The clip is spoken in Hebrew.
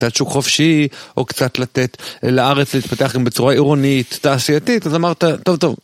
קצת שוק חופשי, או קצת לתת לארץ להתפתח גם בצורה עירונית, תעשייתית, אז אמרת, טוב, טוב.